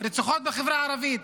רציחות בחברה הערבית,